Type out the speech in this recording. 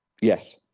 Yes